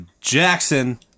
Jackson